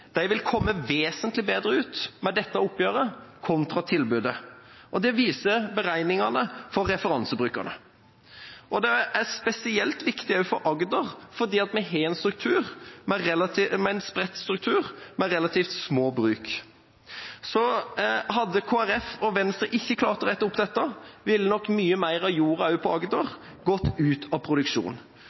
bruk vil komme vesentlig bedre ut med dette oppgjøret kontra tilbudet. Det viser beregningene for referansebrukerne. Det er spesielt viktig for Agder, fordi vi har en spredt struktur med relativt små bruk. Så hadde Kristelig Folkeparti og Venstre ikke klart å rette opp dette, ville nok mye mer av jorda i Agder gått ut av produksjon.